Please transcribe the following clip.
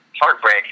Heartbreak